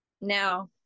now